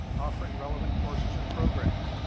offering relevant courses and programs,